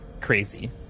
crazy